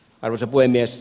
arvoisa puhemies